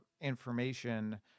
information